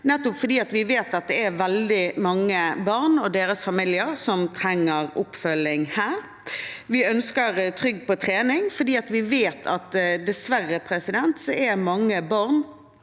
nettopp fordi vi vet at det er veldig mange barn og deres familier som trenger oppfølging der. Vi ønsker Trygg på trening, fordi vi vet at dessverre er mange barn